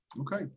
Okay